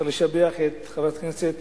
ונשבח את חברת הכנסת